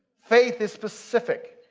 faith is specific.